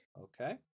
Okay